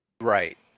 right